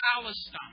Palestine